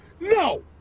No